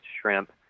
shrimp